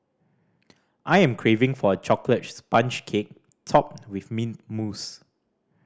I am craving for a chocolate sponge cake topped with mint mousse